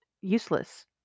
useless